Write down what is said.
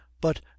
but